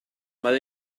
mae